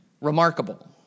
remarkable